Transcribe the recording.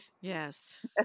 yes